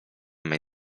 mej